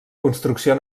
construcció